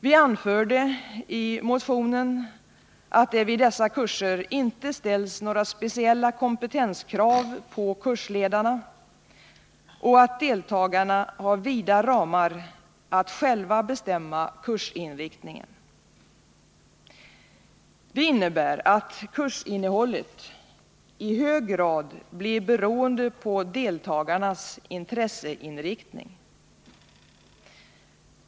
Vi anförde i motionen att det vid dessa kurser inte ställs några speciella kompetenskrav på kursledarna och att deltagarna har vida ramar att själva bestämma kursinriktningen. Det innebär att kursinnehållet i hög grad blir beroende av deltagarnas intresseinriktning.